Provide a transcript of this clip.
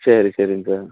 சரி சரிங்க சார்